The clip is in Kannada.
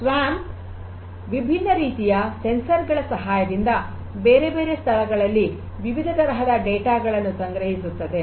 ಸ್ವಾಂಪ್ ವಿಭಿನ್ನ ರೀತಿಯಸಂವೇದಕಗಳ ಸಹಾಯದಿಂದ ಬೇರೆ ಬೇರೆ ಸ್ಥಳಗಳಲ್ಲಿ ವಿವಿಧ ತರಹದ ಡೇಟಾಗಳನ್ನು ಸಂಗ್ರಹಿಸುತ್ತದೆ